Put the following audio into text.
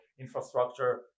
infrastructure